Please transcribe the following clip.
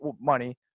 money